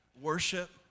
Worship